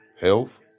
health